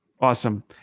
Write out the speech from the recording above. Awesome